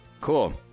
Cool